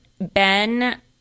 Ben